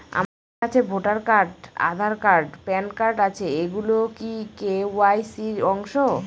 আমার কাছে voter card Aadhaar card PAN card আছে এগুলো কি কে.ওয়াই.সি র অংশ?